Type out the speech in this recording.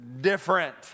different